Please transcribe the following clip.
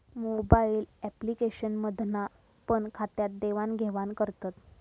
mobile application मधना पण खात्यात देवाण घेवान करतत